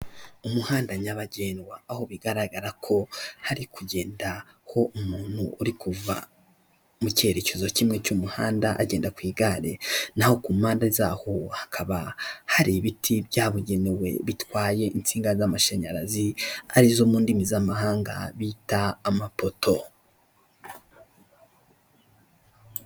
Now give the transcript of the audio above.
Umuhanda nyabagendwa, aho bigaragara ko hari kugenda ho umuntu uri kuva mu cyerekezo kimwe cy'umuhanda agenda ku igare. Naho ku mpande zaho hakaba hari ibiti byabugenewe bitwaye insinga z'amashanyarazi, arizo mu ndimi z'amahanga bita amapoto.